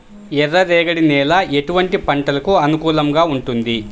ఎర్ర రేగడి నేల ఎటువంటి పంటలకు అనుకూలంగా ఉంటుంది?